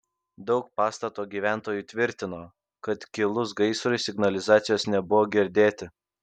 daug pastato gyventojų tvirtino kad kilus gaisrui signalizacijos nebuvo girdėti